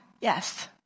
yes